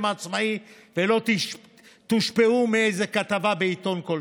העצמאי ולא תושפעו מאיזו כתבה בעיתון כלשהו.